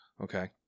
Okay